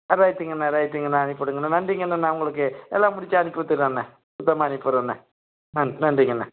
ரைட்டுங்கண்ணே ரைட்டுங்கண்ணே அனுப்பி விடுங்கண்ணே நன்றிங்கண்ணே நான் உங்களுக்கு எல்லாம் முடிச்சு அனுப்பி விட்டுடறண்ணே சுத்தமாக அனுப்பி விட்டுறண்ணே நன்றிங்கண்ணே